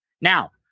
Now